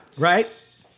Right